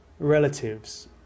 Relatives